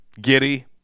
Giddy